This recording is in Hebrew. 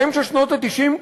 באמצע שנות ה-90,